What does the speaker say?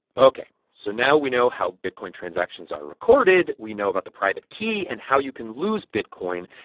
ok. so now we know how bitcoin transactions are recorded. we know about the private key and how you can lose bitcoin.